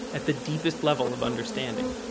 at the deepest level of understanding.